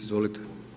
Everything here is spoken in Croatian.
Izvolite.